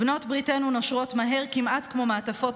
בנות בריתנו נושרות מהר כמעט כמו מעטפות